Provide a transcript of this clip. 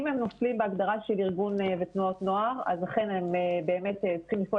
אם הם נופלים בהגדרה של ארגוני ותנועות נוער אז אכן הם צריכים לפעול